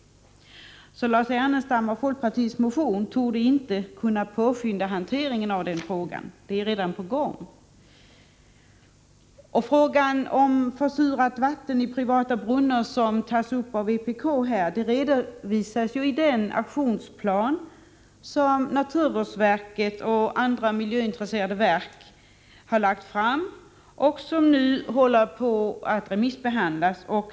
Lars Ernestam och folkpartiets motion torde alltså inte kunna påskynda hanteringen av den frågan — det är redan på gång. Frågan om försurat vatten i privata brunnar, som tas upp av vpk, redovisas iden aktionsplan som naturvårdsverket och andra miljöintresserade verk har lagt fram och som nu håller på att remissbehandlas.